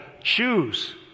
choose